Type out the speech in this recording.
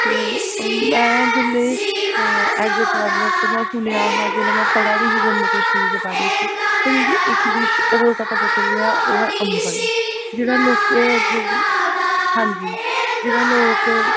ते मै जोल्लै एज ए ट्रेवलर ते में सुनेआ हा जेल्लै मै पढ़ा दी ही जम्मू कश्मीर दे बारे च ते मिगी इक डिश होर दा पता चलेआ ओह् ऐ अम्बल जेह्ड़ा लोकें हां जी जेह्ड़ा लोक